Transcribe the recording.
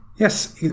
Yes